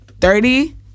thirty